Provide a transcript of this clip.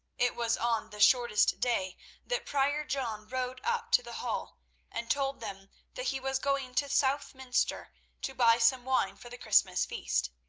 it was on the shortest day that prior john rode up to the hall and told them that he was going to southminster to buy some wine for the christmas feast.